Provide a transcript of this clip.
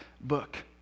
book